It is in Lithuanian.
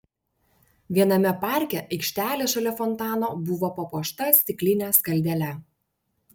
viename parke aikštelė šalia fontano buvo papuošta stikline skaldele